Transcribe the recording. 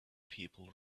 people